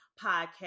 podcast